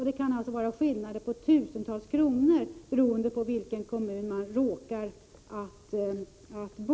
Det kan alltså vara en skillnad på tusentals kronor, beroende på i vilken kommun som man råkar bo.